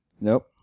Nope